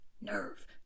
Nerve